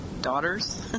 daughters